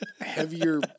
heavier